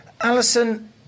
Alison